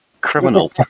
criminal